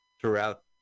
throughout